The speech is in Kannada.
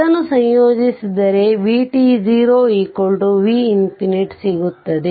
ಇದನ್ನು ಸಂಯೋಜಿಸಿದರೆvt0 v ಸಿಗುತ್ತದೆ